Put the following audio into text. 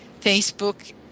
Facebook